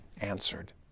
answered